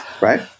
Right